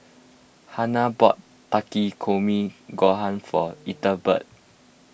Hanna bought Takikomi Gohan for Ethelbert